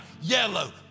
yellow